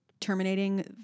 terminating